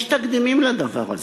יש תקדימים לדבר הזה,